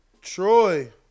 Troy